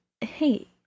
Hey